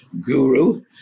guru